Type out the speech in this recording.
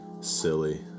Silly